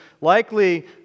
likely